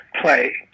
play